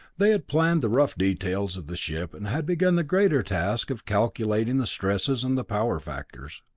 they had planned the rough details of the ship and had begun the greater task of calculating the stresses and the power factors.